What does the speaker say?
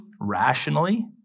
rationally